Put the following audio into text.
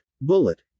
Bullet